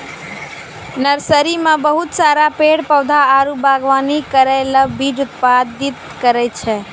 nursery मे बहुत सारा पेड़ पौधा आरु वागवानी करै ले बीज उत्पादित करै छै